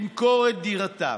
למכור את דירתם.